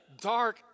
dark